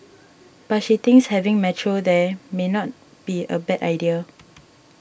but she thinks having Metro there may not be a bad idea